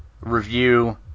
review